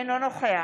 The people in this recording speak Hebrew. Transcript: אינו נוכח